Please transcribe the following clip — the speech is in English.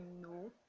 no